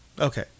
Okay